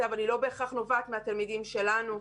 אבל היא לא בהכרח נובעת מהתלמידים שלנו,